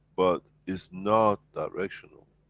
but it's not directional.